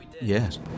Yes